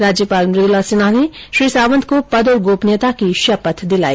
राज्यपाल मुद्रला सिन्हा ने श्री सावंत को पद और गोपनीयता की शपथ दिलाई